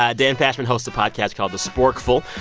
ah dan pashman hosts a podcast called the sporkful.